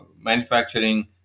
manufacturing